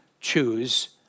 choose